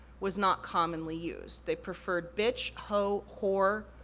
was not commonly used. they preferred bitch, ho, whore,